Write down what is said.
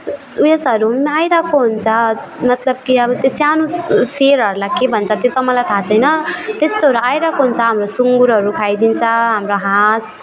उयसहरू पनि आइरहेको हुन्छ मतलब कि त्यो सानो शेरहरूलाई के भन्छ त्यो त मलाई थाहा छैन त्यस्तोहरू आइरहेको हुन्छ हाम्रो सुँगुरहरू खाइदिन्छ हाम्रो हाम्रो हाँस